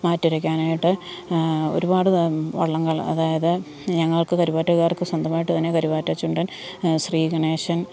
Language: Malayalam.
മാറ്റുരയ്ക്കാനായിട്ട് ഒരുപാട് താ വള്ളങ്ങൾ അതായത് ഞങ്ങൾക്ക് കരുവാറ്റക്കാർക്കു സ്വന്തമായിട്ടു തന്നെ കരുവാറ്റ ചുണ്ടൻ ശ്രീ ഗണേശൻ